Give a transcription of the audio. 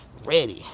ready